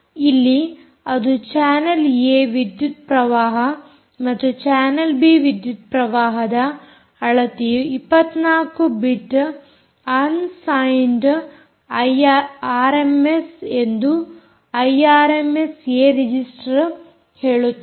ಇಲ್ಲಿ ಅದು channel A ವಿದ್ಯುತ್ ಪ್ರವಾಹ ಮತ್ತು ಚಾನಲ್ ಬಿ ವಿದ್ಯುತ್ ಪ್ರವಾಹದ ಅಳತೆಯು 24ಬಿಟ್ ಆನ್ ಸೈಂಡ್ ಆರ್ಎಮ್ಎಸ್ ಎಂದು ಐಆರ್ಎಮ್ಎಸ್ ಏ ರಿಜಿಸ್ಟರ್ ಹೇಳುತ್ತದೆ